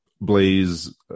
Blaze